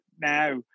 now